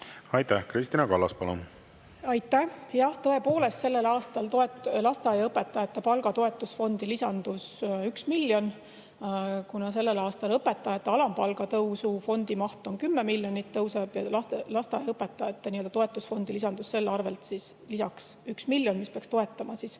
Aitäh! Kristina Kallas, palun! Aitäh! Jah, tõepoolest, sellel aastal lasteaiaõpetajate palgatoetusfondi lisandus üks miljon. Kuna sellel aastal õpetajate alampalga tõusu fondi maht tõuseb 10 miljonit, siis lasteaiaõpetajate nii-öelda toetusfondi lisandus selle arvelt üks miljon, mis peaks toetama